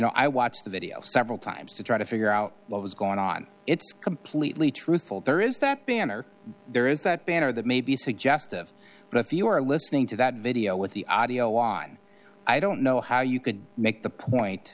know i watched the video several times to try to figure out what was going on it's completely truthful there is that banner there is that banner that may be suggestive but if you are listening to that video with the audio on i don't know how you could make the point